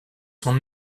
sont